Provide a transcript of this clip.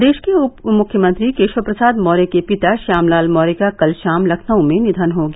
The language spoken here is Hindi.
प्रदेश के उप मुख्यमंत्री केशव प्रसाद मौर्य के पिता यामलाल मौर्य का कल गाम लखनऊ में निधन हो गया